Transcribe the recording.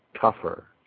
tougher